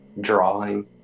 drawing